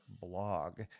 blog